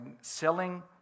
selling